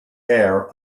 air